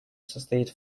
состоит